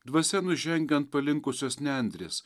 dvasia nužengia ant palinkusios nendrės